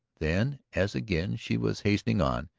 then, as again she was hastening on,